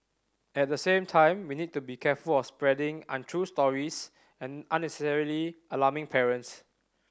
at the same time we need to be careful of spreading untrue stories and unnecessarily alarming parents